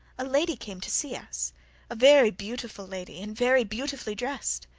a lady came to see us a very beautiful lady, and very beautifully dressed.